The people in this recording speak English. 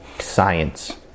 Science